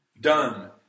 Done